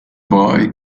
boy